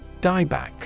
Dieback